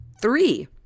Three